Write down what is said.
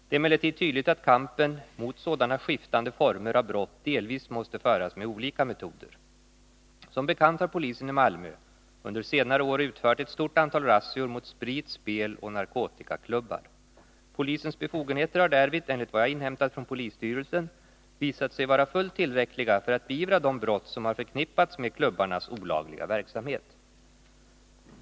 Det är emellertid tydligt att kampen mot sådana skiftande former av brott delvis måste föras med olika metoder. Som bekant har polisen i Malmö under senare år utfört ett stort antal razzior mot sprit-, speloch narkotikaklubbar. Polisens befogenheter har därvid, enligt vad jag har inhämtat från polisstyrelsen, visat sig vara fullt tillräckliga för att beivra de brott som har förknippats med klubbarnas olagliga verksamhet.